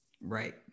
right